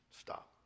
stop